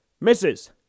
Misses